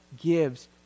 gives